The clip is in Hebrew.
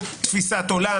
תפיסת עולם,